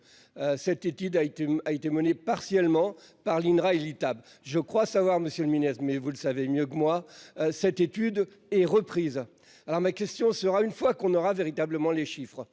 Cette étude a été a été menée partiellement par l'INRA table je crois savoir, Monsieur le Ministre. Mais vous le savez mieux que moi. Cette étude est reprise. Alors ma question sera une fois qu'on aura véritablement les chiffres